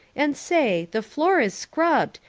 and say, the floor is scrubbed,